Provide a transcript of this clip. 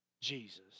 Jesus